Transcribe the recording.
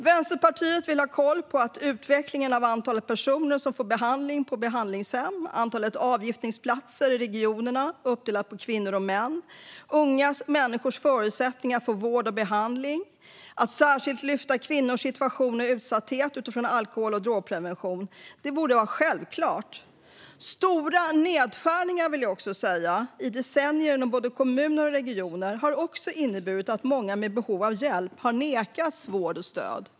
Vänsterpartiet vill ha koll på utvecklingen av antalet personer som får behandling på behandlingshem och antalet avgiftningsplatser i regionerna uppdelat på kvinnor och män samt unga människors förutsättningar att få vård och behandling. Att särskilt lyfta kvinnors situation och utsatthet utifrån alkohol och drogprevention borde vara självklart. Stora nedskärningar i decennier inom både kommuner och regioner har inneburit att många med behov av hjälp har nekats vård och stöd.